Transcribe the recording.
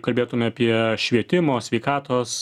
kalbėtume apie švietimo sveikatos